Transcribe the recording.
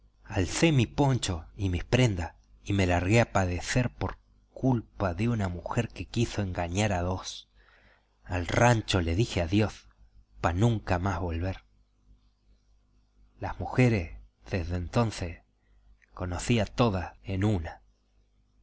alcé mis ponchos y mis prendas y me largué a padecer por culpa de una mujer que quiso engañar a dos al rancho le dije adiós para nunca más volver las mujeres dende entonces conocí a todas en una